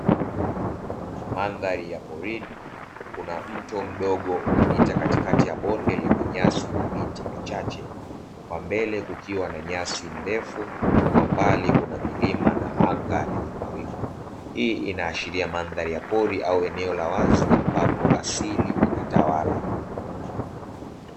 Mandhari ya porini kuna mto mdogo unapita katikati ya bonde la nyasi na miti michache kwa mbele kukiwa na nyasi ndefu na kwa mbali kuna milima na anga lenye mawingu, hii inaashiria mandhari ya pori au eneo la wazi ambapo asili inatawala.